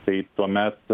tai tuomet